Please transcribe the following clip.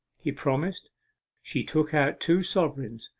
he promised she took out two sovereigns.